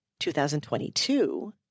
2022